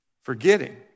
Forgetting